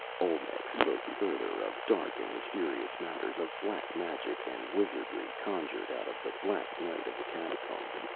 olmec spoke further, of dark and mysterious matters, of black magic and wizardry conjured out of the black night of the catacombs,